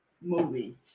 movie